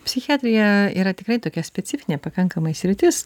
psichiatrija yra tikrai tokia specifinė pakankamai sritis